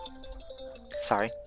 Sorry